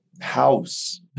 house